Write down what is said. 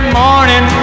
morning